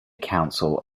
council